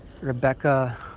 Rebecca